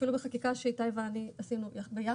אפילו בחקיקה שאיתי ואני עשינו ביחד.